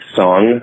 song